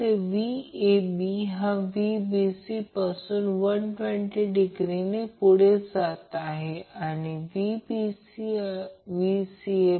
तर मी Vab ला a सांगितल्याप्रमाणे पॉझिटिव्ह किंवा निगेटिव्ह असेल Vbc आणि Vca आहे